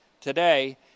Today